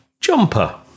jumper